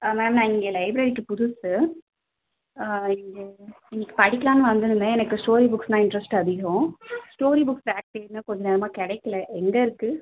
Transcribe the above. ஆ ma'am நான் இங்கே லைப்ரரிக்கு புதுசு இங்கே இங்கே படிக்கலாம்னு வந்துருந்தேன் எனக்கு ஸ்டோரி புக்ஸ்னா இன்ட்ரெஸ்ட் அதிகம் ஸ்டோரி புக் ரேக் தேடுகிறேன் கொஞ்ச நேரமாக கிடைக்கல எங்கே இருக்குது